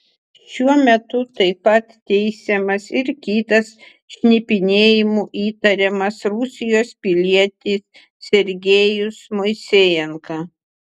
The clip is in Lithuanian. šiuo metu taip pat teisiamas ir kitas šnipinėjimu įtariamas rusijos pilietis sergejus moisejenka